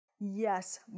yes